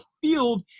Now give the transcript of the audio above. field